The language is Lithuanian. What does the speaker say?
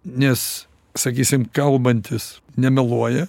nes sakysim kalbantis nemeluoja